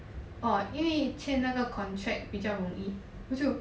orh 因为签那个 contract 比较容易不我就